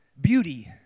beauty